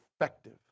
effective